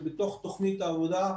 זה בתוך תוכנית העבודה,